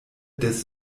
des